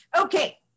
Okay